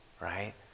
right